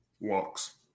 walks